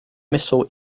missile